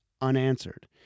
unanswered